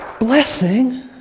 Blessing